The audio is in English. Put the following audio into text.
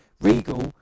Regal